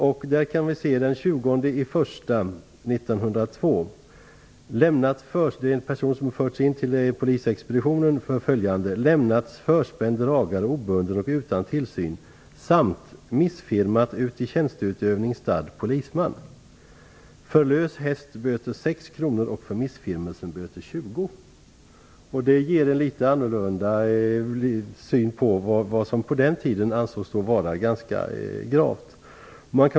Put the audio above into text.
Där kan man läsa att den 20 januari 1902 fördes en person till polisexpeditionen av följande skäl: Detta ger en litet annorlunda syn på vad som på den tiden ansågs vara ganska gravt.